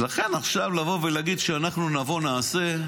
לכן, עכשיו לבוא ולהגיד: כשאנחנו נבוא נעשה,